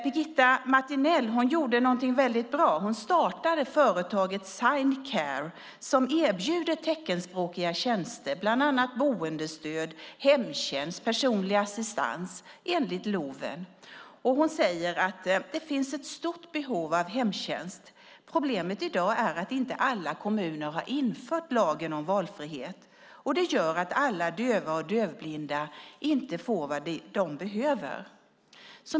Birgitta Martinell gjorde någonting väldigt bra. Hon startade företaget Signcare som erbjuder teckenspråkiga tjänster, bland annat boendestöd, hemtjänst och personlig assistans, enligt LOV. Hon säger: Det finns ett stort behov av hemtjänst. Problemet i dag är att inte alla kommuner har infört lagen om valfrihet. Det gör att alla döva och dövblinda inte får vad de behöver.